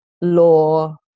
law